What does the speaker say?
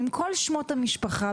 עם כל שמות המשפחה,